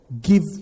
Give